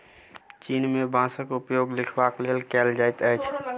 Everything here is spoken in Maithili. चीन में बांसक उपयोग लिखबाक लेल कएल जाइत अछि